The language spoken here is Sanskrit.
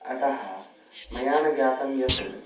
अतः मया न ज्ञातं यत्